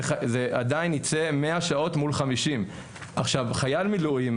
זה עדיין יצא 100 שעות מול 50. עכשיו חייל מילואים,